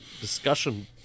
discussion